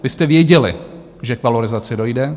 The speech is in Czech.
Vy jste věděli, že k valorizaci dojde.